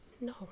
No